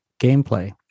gameplay